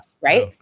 right